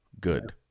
good